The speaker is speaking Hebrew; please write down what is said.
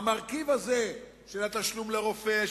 המרכיב הזה של התשלום לרופא,